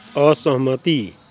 असहमति